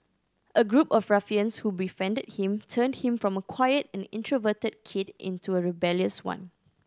a group of ruffians who befriended him turned him from a quiet and introverted kid into a rebellious one